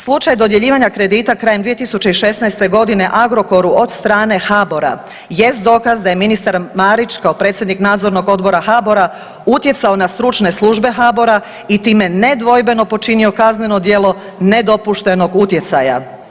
Slučaj dodjeljivanja kredita krajem 2016. godine Agrokoru od strane HBOR-a, jest dokaz da je ministar Marić, kao predsjednik Nadzornog odbora HBOR-a utjecao na stručne službe HBOR-a i time nedvojbeno počinio kazneno djelo nedopuštenog utjecaja.